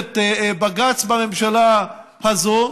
שעוקפת בג"ץ בממשלה הזו,